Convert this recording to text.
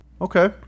Okay